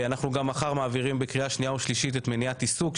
אנחנו מעבירים מחר בקריאה שנייה ושלישית את מניעת עיסוק,